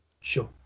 Sure